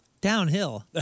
Downhill